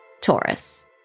Taurus